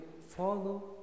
Follow